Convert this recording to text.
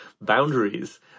boundaries